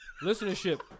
Listenership